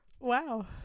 Wow